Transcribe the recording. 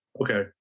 Okay